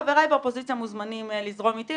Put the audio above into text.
חבריי באופוזיציה מוזמנים לזרום איתי.